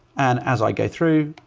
and as i go through,